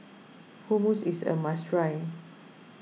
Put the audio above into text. Hummus is a must try